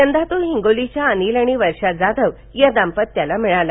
यंदा तो हिंगोलीच्या अनिल आणि वर्षा जाधव या दांपत्याला मिळाला